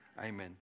Amen